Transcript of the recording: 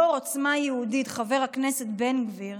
יו"ר עוצמה יהודית חבר הכנסת בן גביר